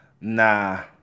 Nah